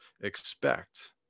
expect